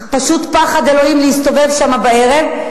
פשוט פחד אלוהים להסתובב שם בערב,